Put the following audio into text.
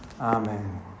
Amen